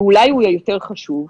ואולי הוא יותר חשוב.